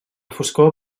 foscor